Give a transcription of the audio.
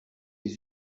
les